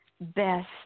best